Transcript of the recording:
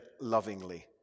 lovingly